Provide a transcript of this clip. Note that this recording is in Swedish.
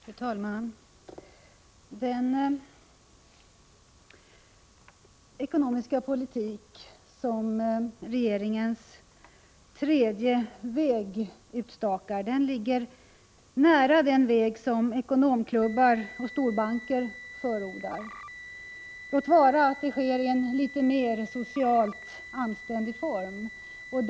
Fru talman! Den ekonomiska politik som regeringens tredje väg utstakar ligger nära den väg som ekonomklubbar och storbanker förordar, låt vara att det hela sker i en litet mer socialt anständig form.